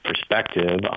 perspective